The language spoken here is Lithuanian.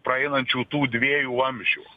praeinančių tų dviejų vamzdžių